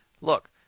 look